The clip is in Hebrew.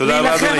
תודה רבה, אדוני.